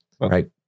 Right